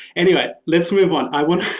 anyway, let's move on. i want,